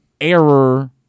error